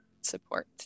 support